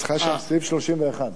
לא,